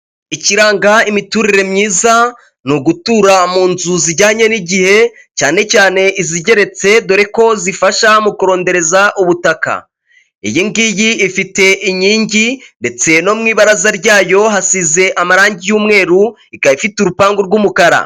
Ikiranga imiturire myiza, ni ugutura mu nzu zijyanye n'igihe, cyane cyane izigeretse dore ko zifasha mu kurondereza ubutaka, iyi ngiyi ifite inkingi ndetse no mu ibaraza ryayo hasize amarangi y'umweru, ikaba ifite urupangu rw'umukara.